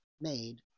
made